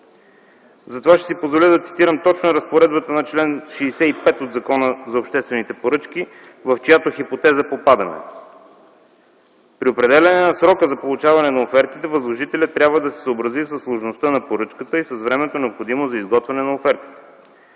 Затова ще си позволя да цитирам точно разпоредбата на чл. 65 от Закона за обществените поръчки, в чиято хипотеза попадаме: „При определяне на срока за получаване на офертите възложителят трябва да се съобрази със сложността на поръчката и с времето, необходимо за изготвяне на офертите.